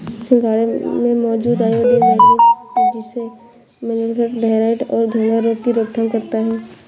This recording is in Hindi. सिंघाड़े में मौजूद आयोडीन, मैग्नीज जैसे मिनरल्स थायरॉइड और घेंघा रोग की रोकथाम करता है